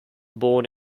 born